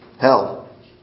hell